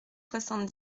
soixante